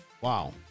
Wow